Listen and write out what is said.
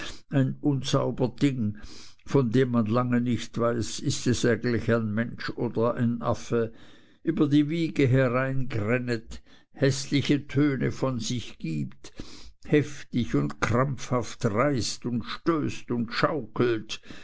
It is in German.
ein unsauber ding von dem man lange nicht weiß ist es eigentlich ein mensch oder ein affe über die wiege hereingrännet häßliche töne von sich gibt heftig und krampfhaft reißt und stößt und schaukelt